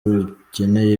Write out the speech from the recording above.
rukeneye